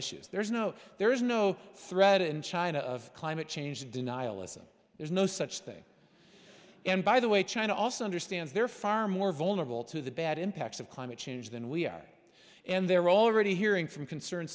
issues there is no there is no threat in china of climate change denial isn't there's no such thing and by the way china also understands they're far more vulnerable to the bad impacts of climate change than we are and they're already hearing from concerned